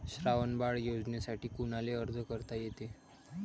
श्रावण बाळ योजनेसाठी कुनाले अर्ज करता येते?